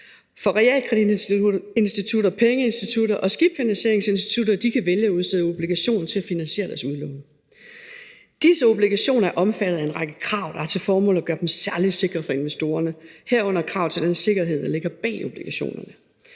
Realkreditinstitutter, pengeinstitutter og skibsfinansieringsinstitutter kan vælge at udstede obligationer til at finansiere deres udlån. Disse obligationer er omfattet af en række krav, der har til formål at gøre dem særlig sikre for investorerne, herunder krav til den sikkerhed, der ligger bag obligationerne.